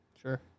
Sure